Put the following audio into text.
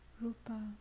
Rupa